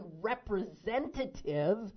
representative